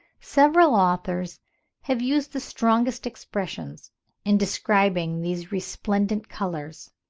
several authors have used the strongest expressions in describing these resplendent colours,